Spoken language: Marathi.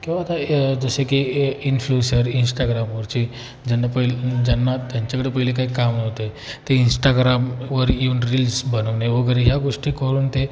किंवा आता जसे की ए इन्फ्ल्युसर इंश्टाग्रामवरची ज्यांना पहिलं ज्यांना त्यांच्याकडे पहिले काही काम नव्हते ते इंश्टाग्रामवर येऊन रील्स बनवणे वगैरे ह्या गोष्टी कळून ते